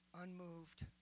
unmoved